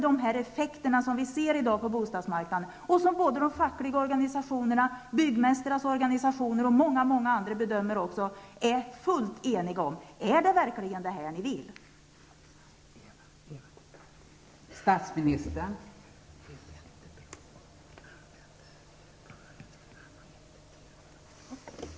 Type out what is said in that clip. De effekter som vi i dag ser på bostadsmarknaden, vilka de fackliga organisationerna, byggmästarnas organisationer och många andra bedömare är fullt eniga om, är det verkligen det ni vill uppnå?